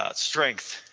ah strength,